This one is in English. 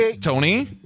Tony